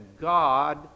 God